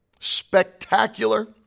spectacular